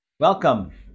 Welcome